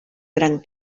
gran